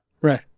Right